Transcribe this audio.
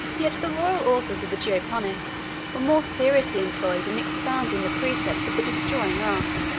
yet the royal authors of the geoponics were more seriously employed in expounding the precepts of the destroying art,